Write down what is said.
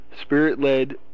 Spirit-led